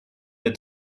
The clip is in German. der